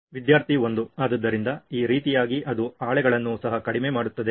ವಿದ್ಯಾರ್ಥಿ 1 ಆದ್ದರಿಂದ ಈ ರೀತಿಯಾಗಿ ಅದು ಹಳೆಗಳನ್ನು ಸಹ ಕಡಿಮೆ ಮಾಡುತ್ತದೆ